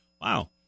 wow